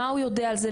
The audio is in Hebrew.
מה הוא יודע על זה,